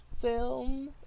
film